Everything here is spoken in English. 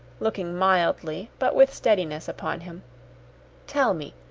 looking mildly, but with steadiness, upon him tell me,